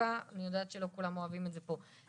אני יודעת שלא כולם אוהבים את זה פה,